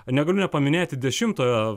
negaliu nepaminėti dešimtojo